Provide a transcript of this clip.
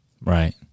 Right